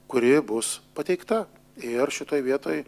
kuri bus pateikta ir šitoj vietoj